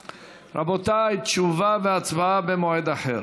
רבותיי, תשובה והצבעה במועד אחר.